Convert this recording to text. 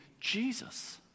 Jesus